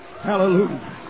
Hallelujah